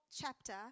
chapter